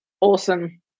Awesome